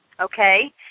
okay